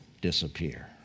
disappear